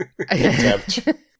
Contempt